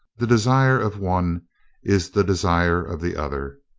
the desire of one is the desire of the other.